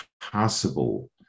possible